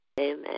Amen